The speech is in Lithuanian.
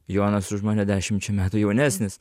jonas už mane dešimčia metų jaunesnis